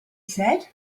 said